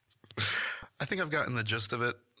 i think i've gotten the gist of it.